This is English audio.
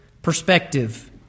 Perspective